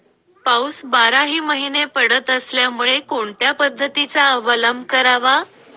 पाऊस बाराही महिने पडत असल्यामुळे कोणत्या पद्धतीचा अवलंब करावा?